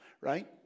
right